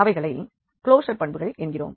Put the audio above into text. அவைகளை க்லோஷர் பண்புகள் என்கிறோம்